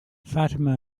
fatima